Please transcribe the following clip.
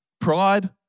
Pride